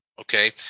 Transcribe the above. okay